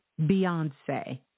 Beyonce